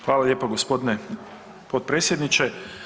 Hvala lijepo g. potpredsjedniče.